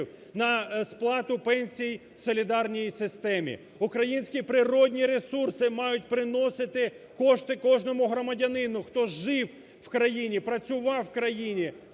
на сплату пенсій в солідарній системі. Українські природні ресурси мають приносити кошти кожному громадянину, хто жив в країні, працював в країні,